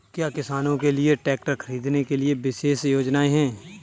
क्या किसानों के लिए ट्रैक्टर खरीदने के लिए विशेष योजनाएं हैं?